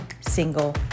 single